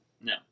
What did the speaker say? no